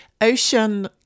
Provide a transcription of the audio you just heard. Ocean